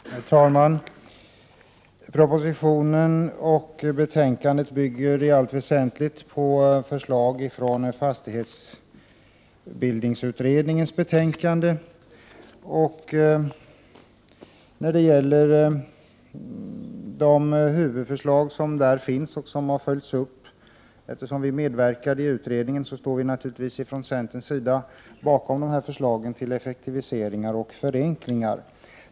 Herr talman! Propositionen och betänkandet bygger i allt väsentligt på förslag från fastighetsbildningsutredningens betänkande och gäller de huvudförslag som där finns. Eftersom vi medverkat i utredningen får vi naturligtvis från centerns sida stå bakom dessa förslag till effektiviseringar och förenklingar.